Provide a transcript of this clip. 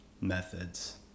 methods